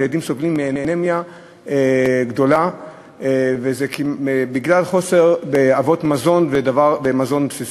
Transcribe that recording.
הילדים סובלים מאנמיה חריפה בגלל חוסר באבות מזון ובמזון בסיסי.